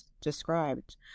described